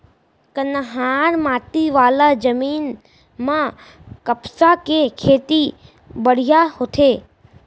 कन्हार माटी वाला जमीन म कपसा के खेती बड़िहा होथे